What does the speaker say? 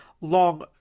long